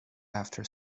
after